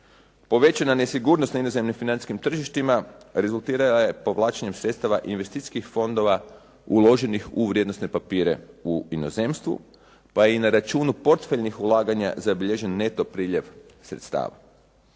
Povećana nesigurnost na inozemnim financijskim tržištima rezultirala je povlačenjem sredstava investicijskih fondova uloženih u vrijednosne papire u inozemstvu, pa i na računu portfeljnih ulaganja zabilježen neto priljev sredstava.